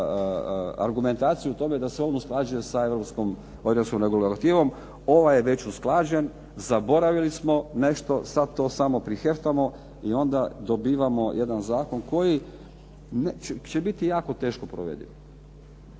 argumentaciju u tome da se on usklađuje sa europskom regulativom. Ovaj je već usklađen, zaboravili smo nešto, sad to samo priheftamo i onda dobivamo jedan zakon koji će biti jako teško provediv.